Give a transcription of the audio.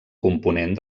component